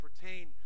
pertain